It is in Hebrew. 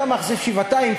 אתה מאכזב שבעתיים,